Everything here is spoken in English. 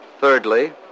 Thirdly